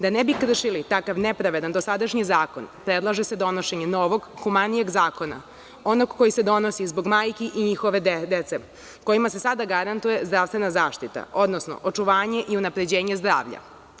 Da ne bi kršili takav nepravedan dosadašnji zakon, predlaže se donošenje novog humanijeg zakona, onog koji se donosi zbog majki i njihove dece kojima se sada garantuje zdravstvena zaštita, odnosno očuvanje i unapređenje zdravlja.